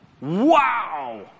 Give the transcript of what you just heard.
Wow